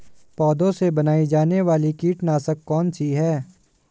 पौधों से बनाई जाने वाली कीटनाशक कौन सी है?